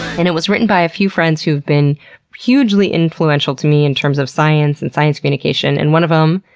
and it was written by a few friends who've been hugely influential to me in terms of science and science communication. and one of them,